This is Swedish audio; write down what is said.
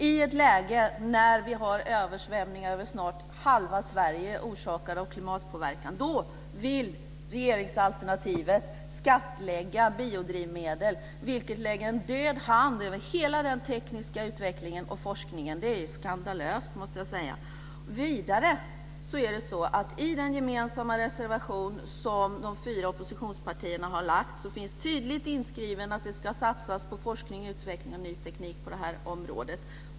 I ett läge där vi har översvämningar över snart halva Sverige orsakade av klimatpåverkan vill man enligt regeringsalternativet skattlägga biodrivmedel, vilket lägger en död hand över hela den tekniska forskningen och utvecklingen. Jag måste säga att det är skandalöst. Vidare är det i den gemensamma reservation som de fyra oppositionspartierna har avgivit tydligt inskrivet att det ska satsas på forskning, utveckling och ny teknik på det här området.